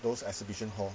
those exhibition hall